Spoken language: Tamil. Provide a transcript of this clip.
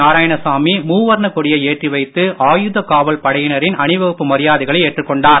நாராயணசாமி மூவர்ண கொடியை ஏற்றி வைத்து ஆயுத காவல் படையினரின் அணிவகுப்பு மரியாதைகளை ஏற்றுக் கொண்டார்